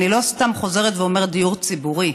אני לא סתם חוזרת ואומרת "דיור ציבורי",